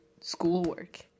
schoolwork